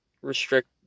restrict